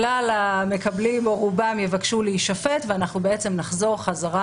כלל המקבלים או רובם יבקשו להישפט ונחזור בחזרה